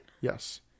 Yes